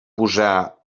posar